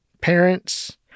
parents